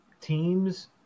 teams